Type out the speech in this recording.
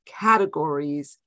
categories